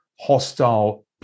hostile